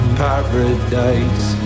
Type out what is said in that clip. paradise